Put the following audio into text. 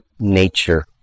nature